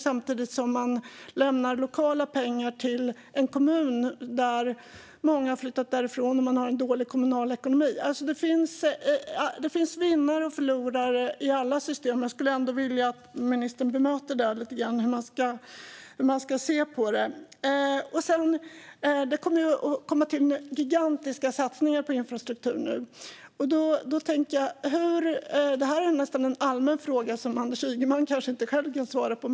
Samtidigt får man lokala pengar till en kommun som många flyttat ifrån och som har en dålig kommunal ekonomi. Det finns vinnare och förlorare i alla system. Men jag skulle vilja att ministern bemöter lite hur man ska se på det. Det kommer nu att komma gigantiska satsningar på infrastruktur. Det här är nästan en allmän fråga, som Anders Ygeman kanske inte kan svara på själv.